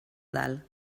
dalt